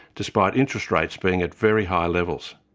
despite interest rates being at very high levels.